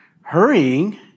hurrying